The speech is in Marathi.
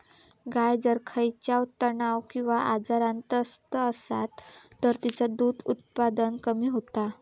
गाय जर खयच्या तणाव किंवा आजारान त्रस्त असात तर तिचा दुध उत्पादन कमी होता